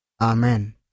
Amen